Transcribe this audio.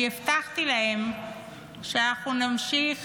אני הבטחתי להם שאנחנו נמשיך